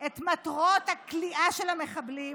את מטרות הכליאה של המחבלים,